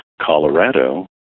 Colorado